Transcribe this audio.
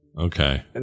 Okay